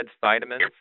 vitamins